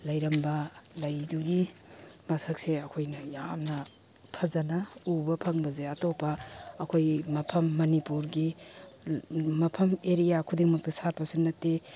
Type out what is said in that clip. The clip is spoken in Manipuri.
ꯂꯩꯔꯝꯕ ꯂꯩꯗꯨꯒꯤ ꯃꯁꯛꯁꯦ ꯑꯩꯈꯣꯏꯅ ꯌꯥꯝꯅ ꯐꯖꯅ ꯎꯕ ꯐꯪꯕꯁꯦ ꯑꯇꯣꯞꯄ ꯑꯩꯈꯣꯏ ꯃꯐꯝ ꯃꯅꯤꯄꯨꯔꯒꯤ ꯃꯐꯝ ꯑꯦꯔꯤꯌꯥ ꯈꯨꯗꯤꯡꯃꯛꯇ ꯁꯥꯠꯄꯁꯨ ꯅꯠꯇꯦ